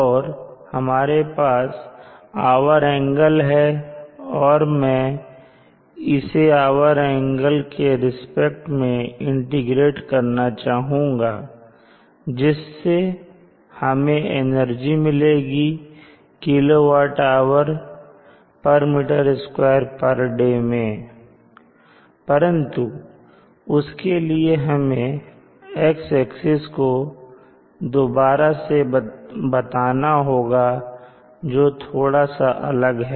और हमारे पास आवर एंगल है और मैं इसे आवर एंगल के रिस्पेक्ट में इंटीग्रेट करना चाहूँगा जिससे हमें एनर्जी मिलेगी kWhm2 day मैं परंतु उसके लिए हमें X एक्सिस को दोबारा से बताना होगा जो थोड़ा सा अलग है